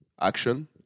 action